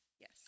Yes